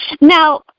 Now